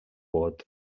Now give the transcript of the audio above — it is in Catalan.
vot